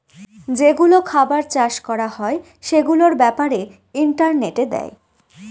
যেগুলো খাবার চাষ করা হয় সেগুলোর ব্যাপারে ইন্টারনেটে দেয়